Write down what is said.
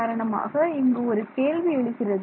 உதாரணமாக இங்கு ஒரு கேள்வி எழுகிறது